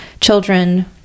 children